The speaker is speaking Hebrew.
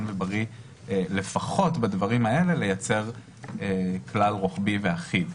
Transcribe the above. ובריא לפחות בדברים האלה לייצר כלל רוחבי ואחיד.